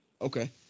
Okay